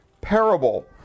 parable